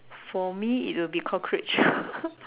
for me it would be cockroach